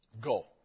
Go